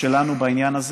שלנו בעניין הזה